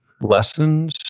lessons